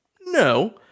No